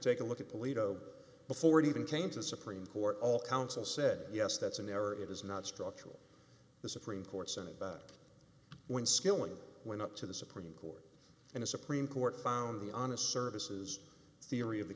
take a look at the lido before it even came to the supreme court all counsel said yes that's an error it is not structural the supreme court sent it back when skilling went up to the supreme court and the supreme court found the honest services theory of the